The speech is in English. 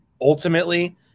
ultimately